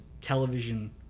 television